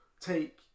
take